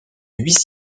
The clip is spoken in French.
huit